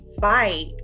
fight